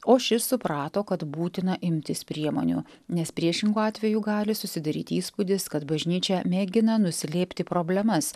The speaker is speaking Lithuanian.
o šis suprato kad būtina imtis priemonių nes priešingu atveju gali susidaryti įspūdis kad bažnyčia mėgina nuslėpti problemas